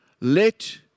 let